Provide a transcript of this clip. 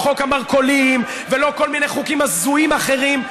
לא חוק המרכולים ולא כל מיני חוקים הזויים אחרים.